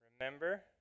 Remember